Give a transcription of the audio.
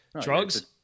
Drugs